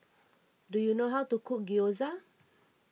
do you know how to cook Gyoza